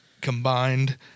Combined